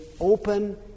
open